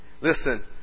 Listen